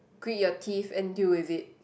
grind your teeth and deal with it